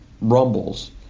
Rumbles